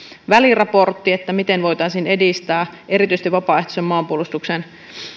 väliraportti miten voitaisiin edistää erityisesti vapaaehtoiseen maanpuolustukseen